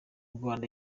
rwanda